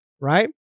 right